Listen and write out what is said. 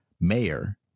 mayor